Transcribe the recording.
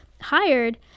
hired